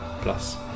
plus